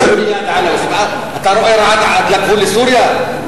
אתה רואה עד לגבול לסוריה,